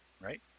right